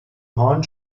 hahn